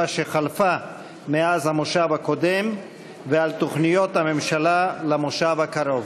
שחלפה מאז המושב הקודם ועל תוכניות הממשלה למושב הקרוב.